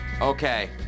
Okay